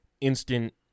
instant